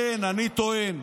לכן, אני טוען,